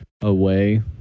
away